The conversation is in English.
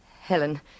Helen